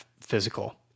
physical